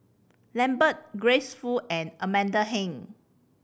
Lambert Grace Fu and Amanda Heng